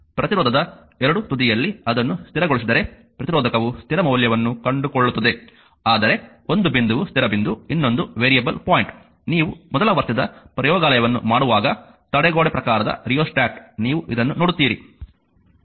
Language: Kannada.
ಪ್ರತಿರೋಧದ ಎರಡೂ ತುದಿಯಲ್ಲಿ ಅದನ್ನು ಸ್ಥಿರಗೋಳಿಸಿದರೆ ಪ್ರತಿರೋಧಕವು ಸ್ಥಿರ ಮೌಲ್ಯವನ್ನು ಕಂಡುಕೊಳ್ಳುತ್ತದೆ ಆದರೆ ಒಂದು ಬಿಂದುವು ಸ್ಥಿರ ಬಿಂದು ಇನ್ನೊಂದು ವೇರಿಯಬಲ್ ಪಾಯಿಂಟ್ ನೀವು ಮೊದಲ ವರ್ಷದ ಪ್ರಯೋಗಾಲಯವನ್ನು ಮಾಡುವಾಗ ತಡೆಗೋಡೆ ಪ್ರಕಾರದ ರಿಯೊಸ್ಟಾಟ್ ನೀವು ಇದನ್ನು ನೋಡುತ್ತೀರಿ